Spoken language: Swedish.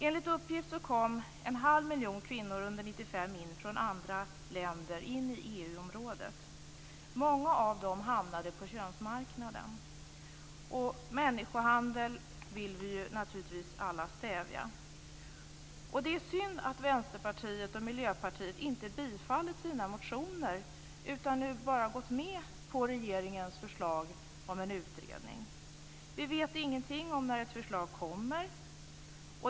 1995 in i EU-området från andra länder. Många av dem hamnade på könsmarknaden. Människohandel vill vi naturligtvis alla stävja. Det är synd att Vänsterpartiet och Miljöpartiet inte har bifallit sina motioner utan bara gått med på regeringens förslag om en utredning. Vi vet ingenting om när ett förslag kommer.